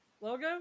Logo